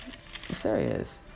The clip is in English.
serious